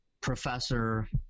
professor